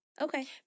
Okay